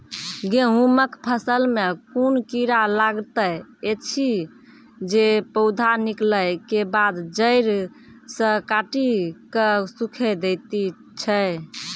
गेहूँमक फसल मे कून कीड़ा लागतै ऐछि जे पौधा निकलै केबाद जैर सऽ काटि कऽ सूखे दैति छै?